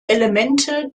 elemente